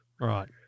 right